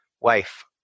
wife